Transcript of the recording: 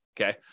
okay